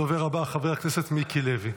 הדובר הבא, חבר הכנסת מיקי לוי.